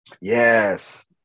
Yes